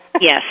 Yes